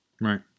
right